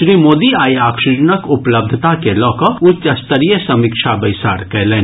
श्री मोदी आइ ऑक्सीजनक उपलब्धता के लऽ कऽ उच्च स्तरीय समीक्षा बैसार कयलनि